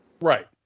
Right